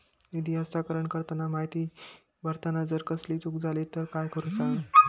निधी हस्तांतरण करताना माहिती भरताना जर कसलीय चूक जाली तर काय करूचा?